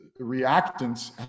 reactants